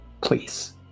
please